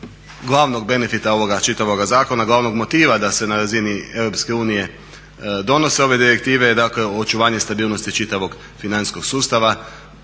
glavnog benefita čitavoga ovog zakona, glavnog motiva da se na razini EU donose ove direktive dakle očuvanje stabilnosti čitavog financijskog sustava.